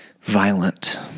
violent